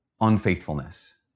unfaithfulness